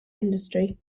industry